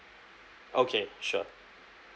okay sure